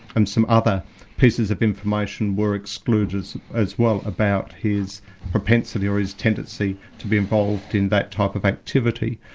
and some other pieces of information were excluded as as well about his propensity or his tendency, to be involved in that type of activity.